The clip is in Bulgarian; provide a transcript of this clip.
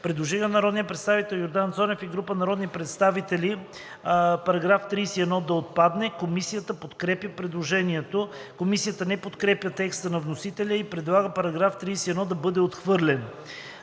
Предложение на народния представител Йордан Цонев и група народни представители § 31 да отпадне. Комисията подкрепя предложението. Комисията не подкрепя текста на вносителя и предлага § 31 да бъде отхвърлен.